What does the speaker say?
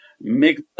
make